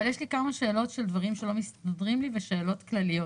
אבל יש לי כמה שאלות על דברים שלא מסתדרים לי ושאלות כלליות,